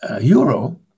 euro